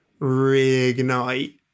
reignite